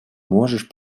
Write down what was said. можешь